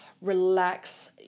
relax